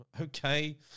okay